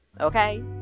okay